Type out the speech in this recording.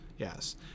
Yes